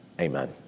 Amen